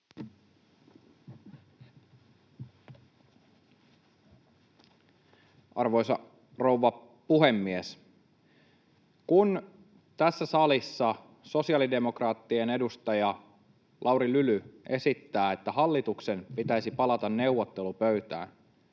Arvoisa rouva puhemies! Kun tässä salissa sosiaalidemokraattien edustaja Lauri Lyly esittää, että hallituksen pitäisi palata neuvottelupöytään,